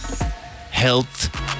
health